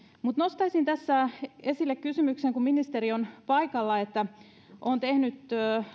mutta nostaisin tässä esille kysymyksen kun ministeri on paikalla olen tehnyt